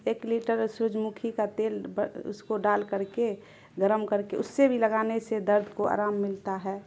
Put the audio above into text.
ایک لیٹر سورج مکھی کا تیل اس کو ڈال کر کے گرم کر کے اس سے بھی لگانے سے درد کو آرام ملتا ہے